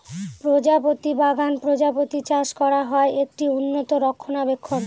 প্রজাপতি বাগান প্রজাপতি চাষ করা হয়, একটি উন্নত রক্ষণাবেক্ষণ